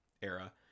era